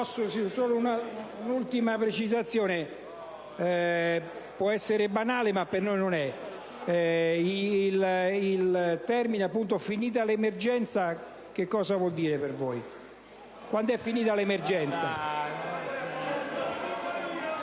un'ultima precisazione (può essere banale, ma per noi non è tale): la frase «finita l'emergenza» cosa vuol dire per voi? Quand'è finita l'emergenza?